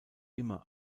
immer